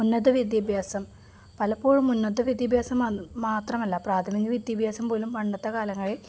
ഉന്നത വിദ്യാഭ്യാസം പലപ്പോഴും ഉന്നത വിദ്യാഭ്യാസം മാത്രമല്ല പ്രാഥമിക വിദ്യാഭ്യാസം പോലും പണ്ടത്തെ കാലങ്ങളിൽ